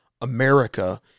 America